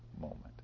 moment